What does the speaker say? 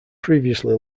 previously